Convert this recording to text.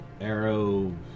arrow